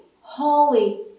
holy